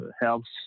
helps